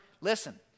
Listen